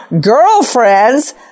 girlfriends